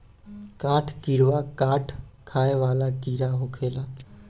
काठ किड़वा काठ खाए वाला कीड़ा होखेले